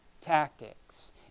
tactics